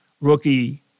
rookie